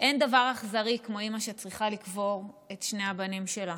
אין דבר אכזרי כמו אימא שצריכה לקבור את שני הבנים שלה.